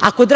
Ako